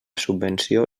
subvenció